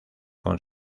con